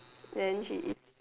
then she is